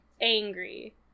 angry